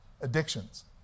Addictions